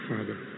Father